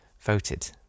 voted